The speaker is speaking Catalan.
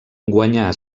guanyà